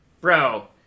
Bro